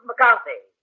McCarthy